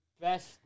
best